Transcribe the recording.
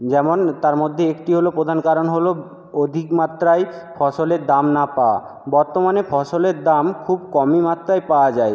যেমন তার মধ্যে একটি হলো প্রধান কারণ হলো অধিক মাত্রায় ফসলের দাম না পাওয়া বর্তমানে ফসলের দাম খুব কমই মাত্রায় পাওয়া যায়